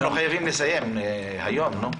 אנחנו חייבים לסיים היום, נו.